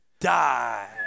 die